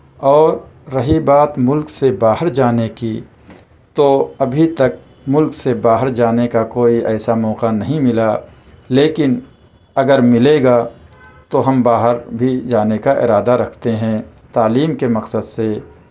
اور رہی بات مُلک سے باہر جانے کی تو ابھی تک ملک سے باہر جانے کا کوئی ایسا موقع نہیں ملا لیکن اگر ملے گا تو ہم باہر بھی جانے کا اِرادہ رکھتے ہیں تعلیم کے مقصد سے